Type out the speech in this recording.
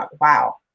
Wow